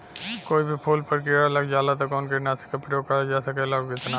कोई भी फूल पर कीड़ा लग जाला त कवन कीटनाशक क प्रयोग करल जा सकेला और कितना?